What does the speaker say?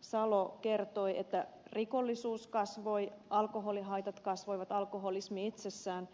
salo kertoi että rikollisuus kasvoi alkoholihaitat kasvoivat alkoholismi itsessään